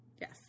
Yes